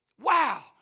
Wow